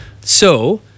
So-